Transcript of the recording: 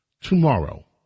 Tomorrow